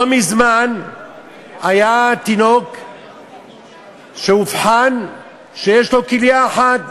לא מזמן היה תינוק שאובחן שיש לו כליה אחת,